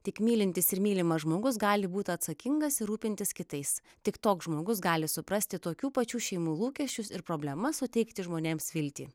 tik mylintis ir mylimas žmogus gali būti atsakingas ir rūpintis kitais tik toks žmogus gali suprasti tokių pačių šeimų lūkesčius ir problemas suteikti žmonėms viltį